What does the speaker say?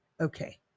Okay